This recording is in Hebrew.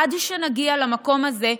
עד שנגיע למקום הזה,